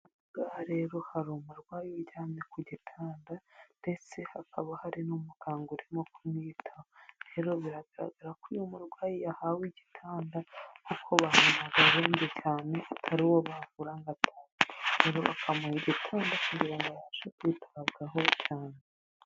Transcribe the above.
Ahangaha rero hari umurwari uryamye ku gitanda ndetse hakaba hari n'uganga urimo kumwitaho. Rero bigaragara ko uyu murwayi yahawe igitanda kuko babonaga arembye cyane atari uwo bavura ngo atahe. Rero bakamuha igitanda kugira ngo abashe kwitabwaho cyane.